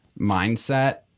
mindset